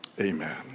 Amen